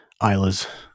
Isla's